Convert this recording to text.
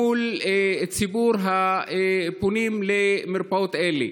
מול ציבור הפונים למרפאות אלה.